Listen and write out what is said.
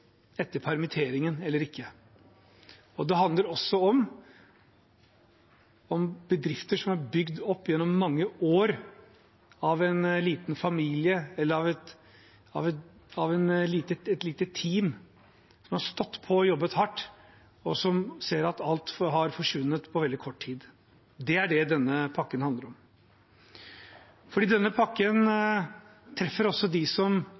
etter permitteringen eller ikke. Det handler også om bedrifter som er bygd opp gjennom mange år av en liten familie eller av et lite team, som har stått på og jobbet hardt, og som ser at alt har forsvunnet på veldig kort tid. Det er det denne pakken handler om. Denne pakken treffer også dem som